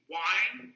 wine